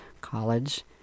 college